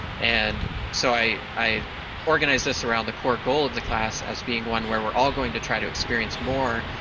and so i i organize this around the core goal of the class as being one where we're all going to try to experience more,